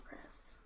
Chris